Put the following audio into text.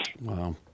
Wow